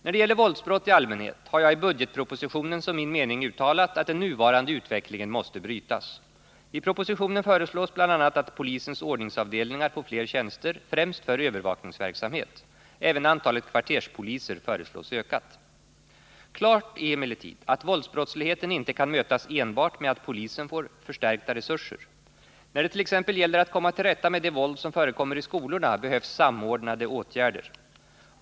När det gäller våldsbrott i allmänhet har jag i budgetpropositionen som min mening uttalat att den nuvarande utvecklingen måste brytas. I propositionen föreslås bl.a. att polisens ordningsavdelningar får fler tjänster, främst för övervakningsverksamhet. Även antalet kvarterspoliser föreslås ökat. Klart är emellertid att våldsbrottsligheten inte kan mötas enbart med att polisen får förstärkta resurser. När det t.ex. gäller att komma till rätta med det våld som förekommer i skolorna behövs samordnade åtgärder.